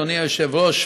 אדוני היושב-ראש,